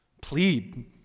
plead